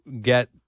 get